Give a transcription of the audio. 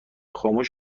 خاموش